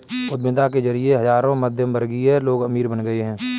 उद्यमिता के जरिए हजारों मध्यमवर्गीय लोग अमीर बन गए